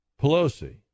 Pelosi